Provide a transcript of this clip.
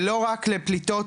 ולא רק לפליטות,